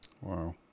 Wow